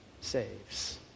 saves